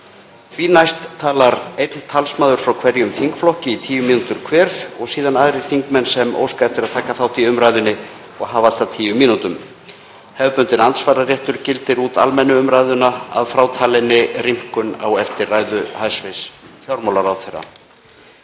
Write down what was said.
Því næst talar einn talsmaður frá hverjum þingflokki í 10 mínútur hver og síðan aðrir þingmenn sem óska eftir að taka þátt í umræðunni og hafa allt að 10 mínútum. Hefðbundinn andsvararéttur gildir út almennu umræðuna að frátalinni rýmkun á eftir ræðu hæstv. fjármálaráðherra.